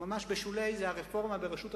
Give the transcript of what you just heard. ממש בשולי הדברים, זה הרפורמה ברשות השידור,